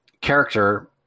character